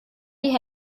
die